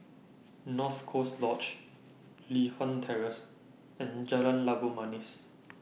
North Coast Lodge Li Hwan Terrace and Jalan Labu Manis